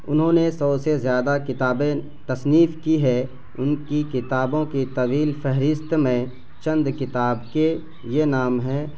انہوں نے سو سے زیادہ کتابیں تصنیف کی ہیں ان کی کتابوں کی طویل فہرست میں چند کتاب کے یہ نام ہیں